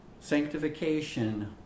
Sanctification